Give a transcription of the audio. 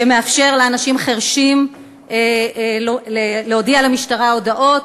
שמאפשר לאנשים חירשים להודיע למשטרה הודעות,